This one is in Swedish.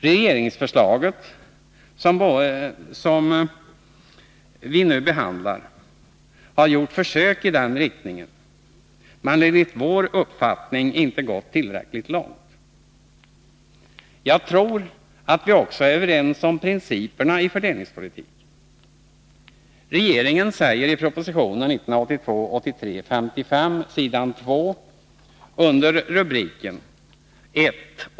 Regeringsförslaget, som vi nu behandlar, har gjort försök i den riktningen men enligt vår uppfattning inte gått tillräckligt långt. Jag tror att vi också är överens om principerna i fördelningspolitiken. Regeringen säger i proposition 1982/83:55 s. 2 under rubriken 1.